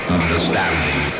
understanding